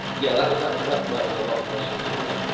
yeah that ah but that was a lot of questions in one.